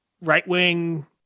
right-wing